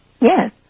Yes